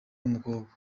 n’umukobwa